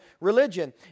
religion